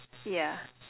yeah